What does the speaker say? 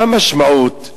מה המשמעות?